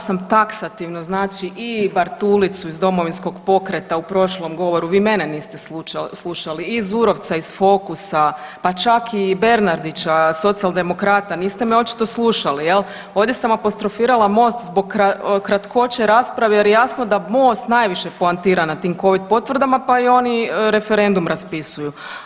Pa navela sam taksativno znači i Bartulicu iz Domovinskog pokreta u prošlom govoru, vi mene niste slušali i Zurovca iz Fokusa, pa čak i Bernardića, socijaldemokrata, niste me očito slušali, je l'? ovdje sam apostrofirala Most zbog kratkoće rasprave jer jasno da Most najviše poantira na tim Covid potvrdama pa i oni referendum raspisuju.